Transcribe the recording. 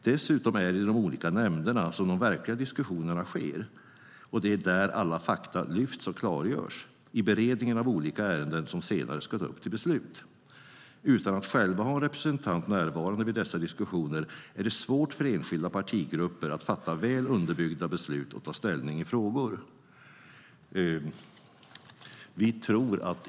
Dessutom är det i de olika nämnderna som de verkliga diskussionerna sker, och det är där alla fakta lyfts och klargörs, i beredningen av olika ärenden som senare ska upp till beslut. Utan att själva ha en representant närvarande vid dessa diskussioner är det svårt för enskilda partigrupper att fatta väl underbyggda beslut och ta ställning i frågor."